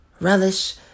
Relish